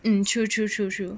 mm true true true true